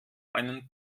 einen